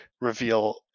reveal